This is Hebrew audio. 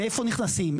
מאיפה נכנסים?